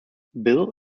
bill